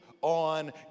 on